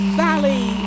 valley